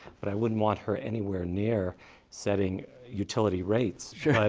but i wouldn't want her anywhere near setting utility rates.